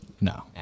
No